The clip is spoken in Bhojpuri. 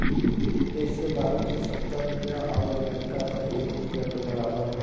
जइसे भारत क सत्तर रुपिया आउर अमरीका के एक रुपिया के बराबर हौ